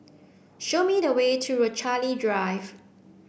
show me the way to Rochalie Drive